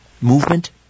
movement